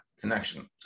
connection